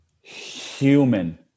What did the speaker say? human